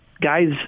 guys